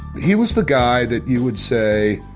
he was the guy that you would say,